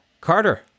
Carter